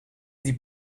die